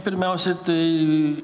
pirmiausiai tai